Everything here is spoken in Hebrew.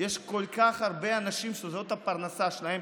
יש כל כך הרבה אנשים שזאת הפרנסה שלהם.